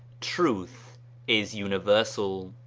truth is universal.